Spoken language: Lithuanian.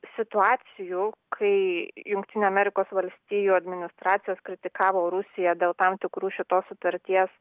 situacijų kai jungtinių amerikos valstijų administracijos kritikavo rusiją dėl tam tikrų šitos sutarties